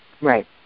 Right